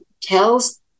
tells